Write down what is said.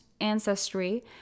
ancestry